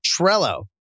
Trello